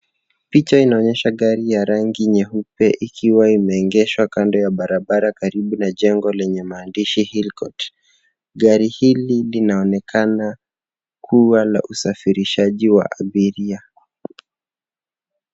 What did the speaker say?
Picha inaonyesha gari ya rangi nyeupe ikiwa imeegeshwa kando ya barabara karibu na jengo lenye maandishi Hill Court . Gari hili linaonekana kuwa la usafirishaji wa abiria.